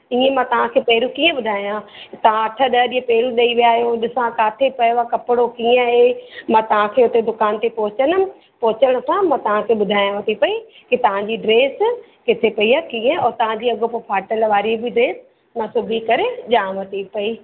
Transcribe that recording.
इएं मां तव्हांखे पहरां कीअं ॿुधायां तव्हां अठ ॾह ॾींहं पहरियूं ॾेई विया आहियो ॾिसां काथे पियो आहे कपिड़ो कीअं आहे मां तव्हांखे उते दुकान ते पहुचंदमि पहुचण सां मां तव्हांखे ॿुधायांव थी पेई की तव्हांजी ड्रेस किथे पेई आहे कीअं ऐं तव्हांजी अॻोपो फ़ाटल वारी बि ड्रेस मां सुभी करे ॾियांव थी पेई